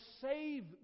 save